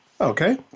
Okay